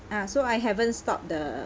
ah so I haven't stop the